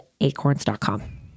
acorns.com